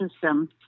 system